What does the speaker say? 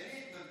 אין לי התנגדות,